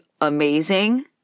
amazing